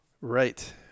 Right